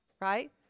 right